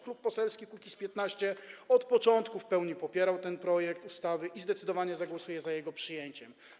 Klub Poselski Kukiz’15 od początku w pełni popierał ten projekt ustawy i zdecydowanie zagłosuje za jego przyjęciem.